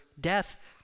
death